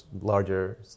larger